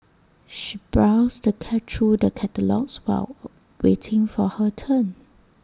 she browsed the through the catalogues while waiting for her turn